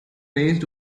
raised